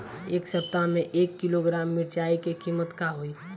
एह सप्ताह मे एक किलोग्राम मिरचाई के किमत का होई?